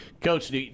Coach